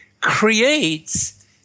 creates